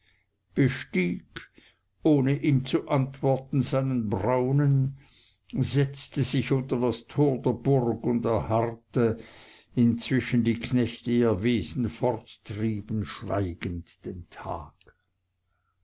bestieg ohne ihm zu antworten seinen braunen setzte sich unter das tor der burg und erharrte inzwischen die knechte ihr wesen forttrieben schweigend den tag